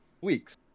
weeks